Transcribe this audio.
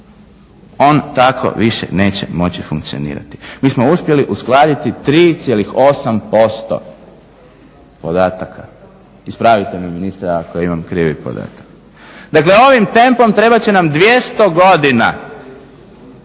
on tako više neće moći funkcionirati. Mi smo uspjeli uskladiti 3,8% podataka, ispravite me ministre ako imam krivi podatak. Dakle ovim tempom trebat će nam 200 godina